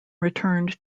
returned